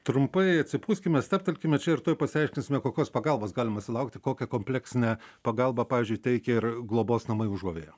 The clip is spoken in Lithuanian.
trumpai atsipūskime stabtelkime čia ir tuoj pasiaiškinsime kokios pagalbos galima sulaukti kokią kompleksinę pagalbą pavyzdžiui teikia ir globos namai užuovėja